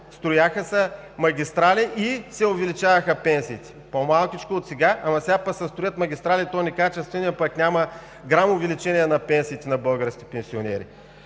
Строяха се магистрали и се увеличаваха пенсиите. По малкичко от сега, а пък сега се строят магистрали, и то некачествени, а пък няма грам увеличение на пенсиите на българските пенсионери.